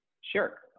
Sure